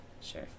sure